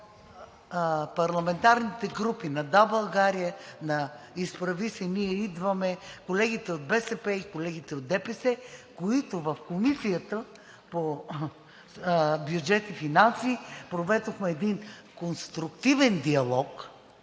от парламентарните групи на „Да, България“, на „Изправи се! Ние идваме!“, на колегите от БСП и на колегите от ДПС, с които в Комисията по бюджет и финанси проведохме един конструктивен диалог,